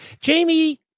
Jamie